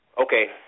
Okay